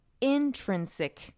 intrinsic